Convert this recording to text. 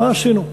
מה עשינו?